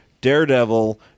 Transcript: Daredevil